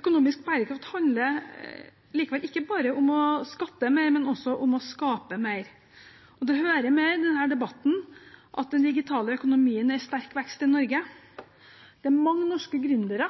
Økonomisk bærekraft handler likevel ikke bare om å skatte mer, men også om å skape mer. Det hører med i denne debatten at den digitale økonomien er i sterk vekst i Norge. Det er mange norske gründere